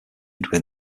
within